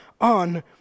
on